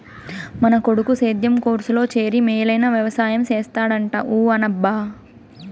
మన కొడుకు సేద్యం కోర్సులో చేరి మేలైన వెవసాయం చేస్తాడంట ఊ అనబ్బా